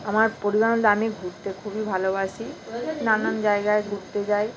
আমার পরিবারের মধ্যে আমি ঘুরতে খুবই ভালোবাসি নানান জায়গায় ঘুরতে যাই